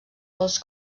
dels